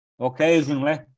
occasionally